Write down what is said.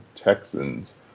Texans